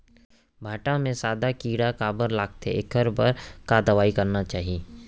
भांटा म सादा कीरा काबर लगथे एखर बर का दवई करना चाही?